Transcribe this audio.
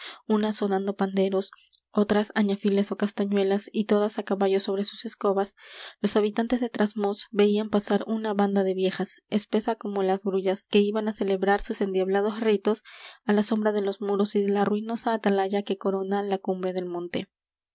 unas sonando panderos otras añafiles ó castañuelas y todas á caballo sobre sus escobas los habitantes de trasmoz veían pasar una banda de viejas espesa como las grullas que iban á celebrar sus endiablados ritos á la sombra de los muros y de la ruinosa atalaya que corona la cumbre del monte